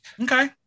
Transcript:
okay